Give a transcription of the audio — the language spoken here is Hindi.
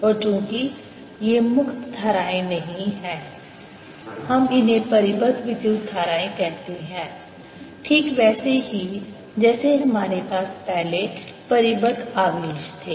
और चूंकि ये मुक्त धाराएं नहीं हैं हम इन्हें परिबद्ध विद्युत धाराएँ कहते हैं ठीक वैसे ही जैसे हमारे पास पहले परिबद्ध आवेश थे